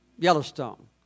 Yellowstone